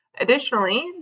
Additionally